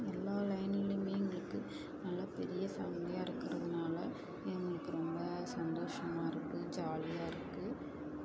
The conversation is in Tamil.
எல்லா லைன்லேயுமே எங்களுக்கு நல்லா பெரிய ஃபேமிலியாக இருக்கிறதுனால எங்களுக்கு ரொம்ப சந்தோஷமாக இருக்குது ஜாலியாக இருக்குது